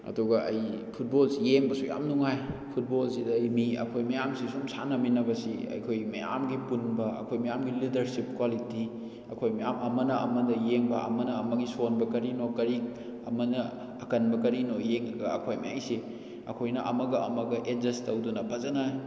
ꯑꯗꯨꯒ ꯑꯩ ꯐꯨꯠꯕꯜꯁꯤ ꯌꯦꯡꯕꯁꯨ ꯌꯥꯝꯅ ꯅꯨꯡꯉꯥꯏ ꯐꯨꯠꯕꯣꯜꯁꯤꯗ ꯃꯤ ꯑꯩꯈꯣꯏ ꯃꯌꯥꯝꯁꯤ ꯑꯁꯨꯝ ꯁꯥꯟꯅꯃꯤꯅꯕꯁꯤ ꯑꯩꯈꯣꯏ ꯃꯌꯥꯝꯒꯤ ꯄꯨꯟꯕ ꯑꯩꯈꯣꯏ ꯃꯌꯥꯝꯒꯤ ꯂꯤꯗꯔꯁꯤꯞ ꯀ꯭ꯋꯥꯂꯤꯇꯤ ꯑꯩꯈꯣꯏ ꯃꯌꯥꯝ ꯑꯃꯅ ꯑꯃꯗ ꯌꯦꯡꯕ ꯑꯃꯅ ꯑꯃꯒꯤ ꯁꯣꯟꯕ ꯀꯔꯤꯅꯣ ꯀꯔꯤ ꯑꯃꯅ ꯑꯀꯟꯕ ꯀꯔꯤꯅꯣ ꯌꯦꯡꯉꯒ ꯑꯩꯈꯣꯏꯉꯩꯁꯤ ꯑꯩꯈꯣꯏꯅ ꯑꯃꯒ ꯑꯃꯒ ꯑꯦꯗꯖꯁꯠ ꯇꯧꯗꯨꯅ ꯐꯖꯅ